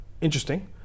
interesting